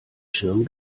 schirm